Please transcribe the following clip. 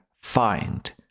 find